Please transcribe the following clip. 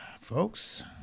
Folks